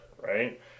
right